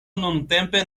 nuntempe